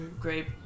great